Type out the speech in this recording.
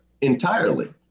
entirely